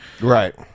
right